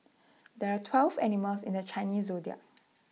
there are twelve animals in the Chinese Zodiac